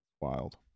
Wild